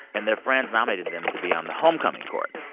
and their friends nominated them to be on the homecoming court.